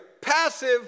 passive